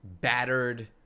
battered